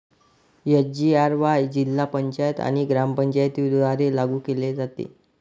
SGRY जिल्हा पंचायत आणि ग्रामपंचायतींद्वारे लागू केले जाते